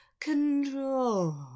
Control